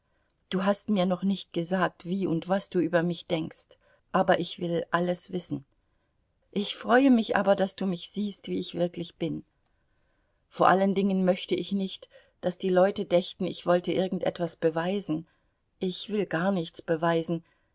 du hast mir noch nicht gesagt wie und was du über mich denkst aber ich will alles wissen ich freue mich aber daß du mich siehst wie ich wirklich bin vor allen dingen möchte ich nicht daß die leute dächten ich wollte irgend etwas beweisen ich will gar nichts beweisen